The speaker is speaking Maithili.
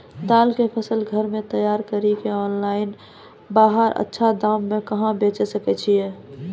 दाल के फसल के घर मे तैयार कड़ी के ऑनलाइन बाहर अच्छा दाम मे कहाँ बेचे सकय छियै?